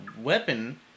weapon